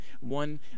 one